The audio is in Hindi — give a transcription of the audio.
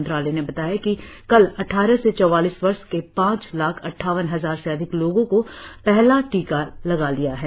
मंत्रालय ने बताया है कि कल अड्डारह से चौवालीस वर्ष के पांच लाख अड्डावन हजार से अधिक लोगों को पहला टीका लगाया गया है